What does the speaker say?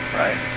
right